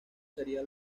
sería